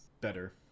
better